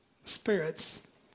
Spirit's